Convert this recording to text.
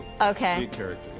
Okay